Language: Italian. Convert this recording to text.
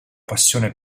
passione